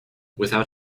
without